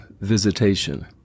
visitation